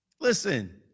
Listen